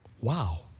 Wow